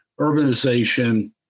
urbanization